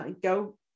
go